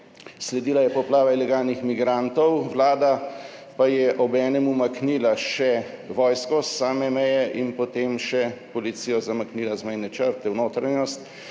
Sledila je poplava ilegalnih migrantov, vlada pa je obenem umaknila še vojsko s same meje in potem še policijo zamaknila z mejne črte v notranjost.